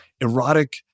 erotic